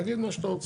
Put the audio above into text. תגיד מה שאתה רוצה.